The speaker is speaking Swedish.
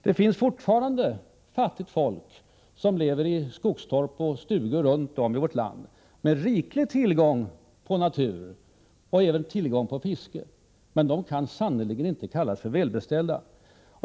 Det finns fortfarande fattigt folk som lever i skogstorp och stugor runt om i vårt land med riklig tillgång på natur och även tillgång på fiske, men de kan sannerligen inte kallas för välbeställda.